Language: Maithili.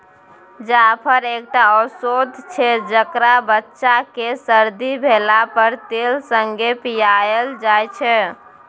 जाफर एकटा औषद छै जकरा बच्चा केँ सरदी भेला पर तेल संगे पियाएल जाइ छै